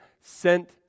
sent